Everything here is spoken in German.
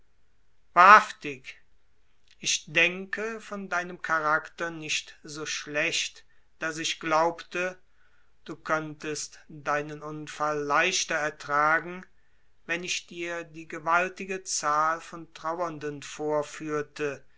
wahrhaftig ich denke von deinem charakter nicht so schlecht daß ich glaubte du könntest deinen unfall leichter ertragen wenn ich dir die gewaltige zahl von trauernden vorführte